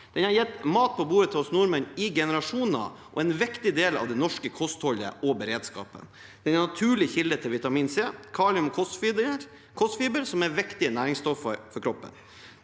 Den har gitt mat på bordet til oss nordmenn i generasjoner og er en viktig del av det norske kostholdet og beredskapen. Den er en naturlig kilde til vitamin C, kalium og kostfiber, som er viktige næringsstoffer for kroppen.